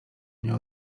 mnie